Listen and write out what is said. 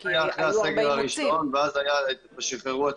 יחסית אחרי הסגר הראשון ואז שחררו את